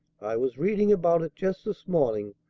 i was reading about it just this morning,